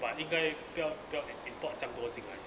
but 应该不要不要 im~ import 这样多进来先